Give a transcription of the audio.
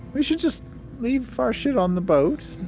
we should just leave our shit on the boat.